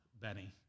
benny